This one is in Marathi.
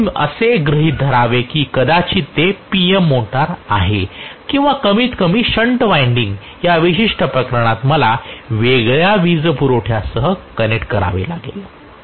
म्हणून मी असे गृहीत धरावे की कदाचित ते PM मोटर आहे किंवा कमीतकमी शण्ट वायंडिंग या विशिष्ट प्रकरणात मला वेगळ्या वीजपुरवठ्यासह कनेक्ट करावे लागेल